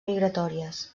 migratòries